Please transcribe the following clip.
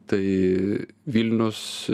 tai vilnius